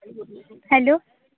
hello